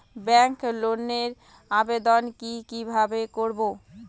Bank লোনের আবেদন কি কিভাবে করব?